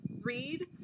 read